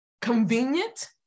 convenient